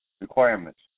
requirements